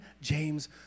James